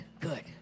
good